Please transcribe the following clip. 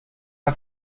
hat